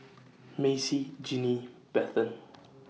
Macey Jinnie Bethann